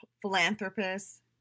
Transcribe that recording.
Philanthropist